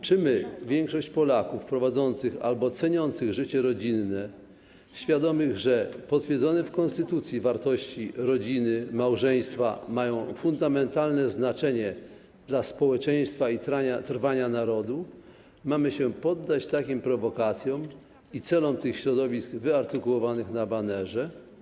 Czy my, większość Polaków, prowadzący albo ceniący życie rodzinne, świadomi, że potwierdzone w konstytucji wartości: rodzina, małżeństwo mają fundamentalne znaczenie dla społeczeństwa i trwania narodu, mamy się poddać takim prowokacjom i celom tych środowisk wyartykułowanym na banerze?